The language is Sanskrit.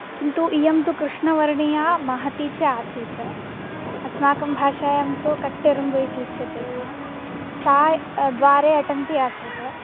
किन्तु इयं तु कृष्णवर्णीया महती च आसीत् अस्माकं भाषायां तु कट्टेरम्बु इति उच्यते स्म सा द्वारे अटन्ति आसीत्